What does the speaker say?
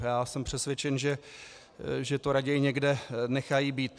Já jsem přesvědčen, že to raději někde nechají být.